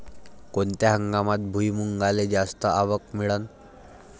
कोनत्या हंगामात भुईमुंगाले जास्त आवक मिळन?